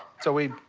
so we,